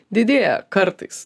didėja kartais